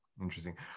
Interesting